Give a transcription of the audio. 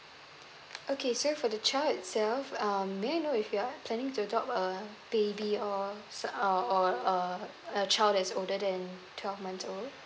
okay so for the child itself um may I know if you're planning to adopt a baby or ah or a a child that is older than twelve months old